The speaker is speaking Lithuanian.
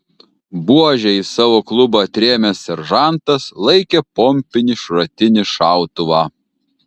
buože į savo klubą atrėmęs seržantas laikė pompinį šratinį šautuvą